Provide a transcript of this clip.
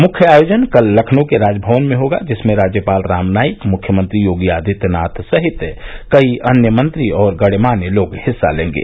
मुख्य आयोजन कल लखनऊ के राजभवन में होगा जिसमें राज्यपाल राम नाईक मुख्यमंत्री योगी आदित्यनाथ सहित कई अन्य मंत्री और गण्यमान्य लोग हिस्सा लेंगे